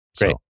Great